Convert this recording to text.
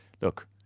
look